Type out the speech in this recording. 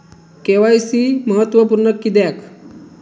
KYC महत्त्वपुर्ण किद्याक?